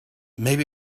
maybe